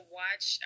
watch